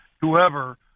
whoever –